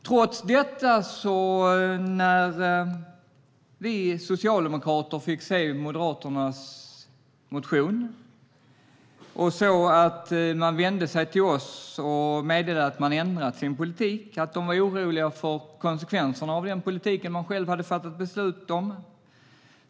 I och med sin motion vände sig Moderaterna till oss och meddelade att de ändrat sin politik. Moderaterna var oroliga för konsekvenserna av den politik de själva hade fattat beslut om.